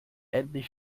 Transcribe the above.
endlich